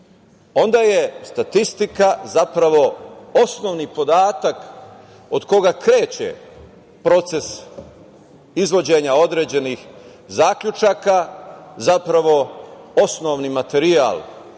onda je statistika zapravo osnovni podatak od koga kreće proces izvođenja određenih zaključaka zapravo, osnovni materijal